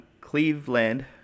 Cleveland